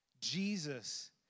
Jesus